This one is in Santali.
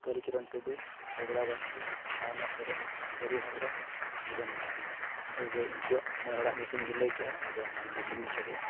ᱠᱟᱹᱞᱤᱪᱚᱨᱚᱱ ᱴᱩᱰᱩ ᱨᱮᱜᱽᱲᱟ ᱵᱟᱥᱠᱮ ᱥᱟᱣᱱᱟ ᱥᱚᱨᱮᱱ ᱠᱟᱹᱨᱩ ᱦᱮᱢᱵᱨᱚᱢ ᱡᱤᱵᱚᱱ ᱢᱟᱨᱰᱤ ᱛᱚᱵᱮ ᱩᱱᱠᱩᱣᱟᱜ ᱢᱚᱬᱮ ᱦᱚᱲᱟᱜ ᱧᱩᱛᱩᱢ ᱞᱤᱧ ᱞᱟᱹᱭ ᱠᱮᱜᱼᱟ ᱟᱫᱚ ᱢᱟ ᱱᱚᱰᱮ ᱜᱮᱞᱤᱧ ᱢᱩᱪᱟᱹᱫᱮᱜᱼᱟ